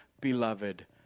beloved